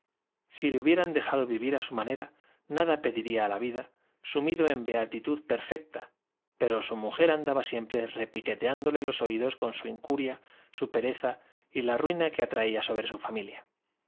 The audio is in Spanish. si le hubieran dejado vivir a su manera nada pediría a la vida sumído en beatitud perfecta pero su mujer andaba siempre repiqueteandole los oídos con su incuria su pereza y la ruina que atraía sobre su familia